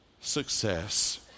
Success